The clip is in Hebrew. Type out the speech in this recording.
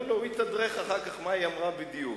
תנו לו, הוא יתדרך אחר כך מה היא אמרה בדיוק.